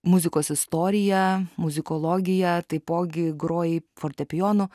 muzikos istoriją muzikologiją taipogi grojai fortepijonu